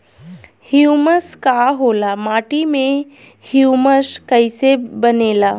Humus का होला माटी मे ह्यूमस कइसे बनेला?